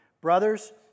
Brothers